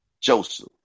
Joseph